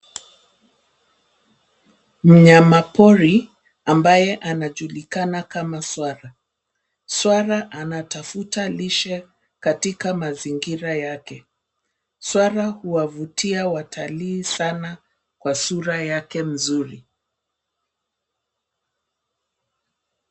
Mnyamapori ambaye anajulikana kama swara. Swara anatafuta lishe katika mazingira yake. Swara huwavutia watalii sana kwa sura yake mzuri.